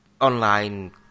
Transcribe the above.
online